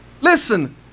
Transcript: Listen